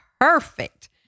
perfect